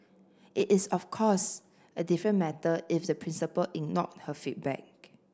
it is of course a different matter if the principal ignored her feedback